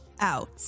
out